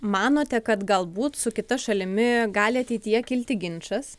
manote kad galbūt su kita šalimi gali ateityje kilti ginčas